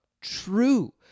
true